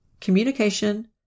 communication